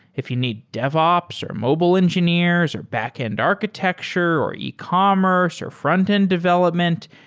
if you need devops, or mobile engineers, or backend architecture, or ecommerce, or frontend development,